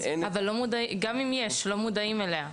גם אם יש, לא מודעים אליה.